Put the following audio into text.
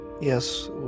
Yes